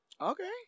Okay